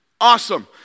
Awesome